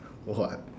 what